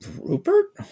Rupert